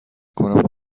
کنم